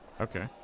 Okay